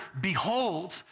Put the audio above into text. behold